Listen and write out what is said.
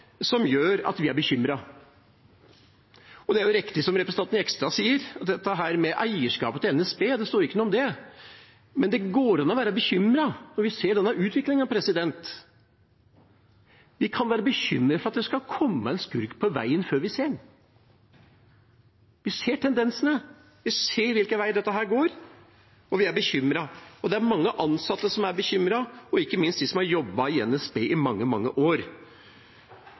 riktig som representanten Jegstad sier, eierskapet til NSB står det ikke noe om. Men det går an å være bekymret når vi ser denne utviklingen. Vi kan være bekymret for at det skal komme en skurk på veien før vi ser ham. Vi ser tendensene, vi ser hvilken vei dette går, og vi er bekymret. Og det er mange ansatte som er bekymret, ikke minst de som har jobbet i NSB i mange, mange år.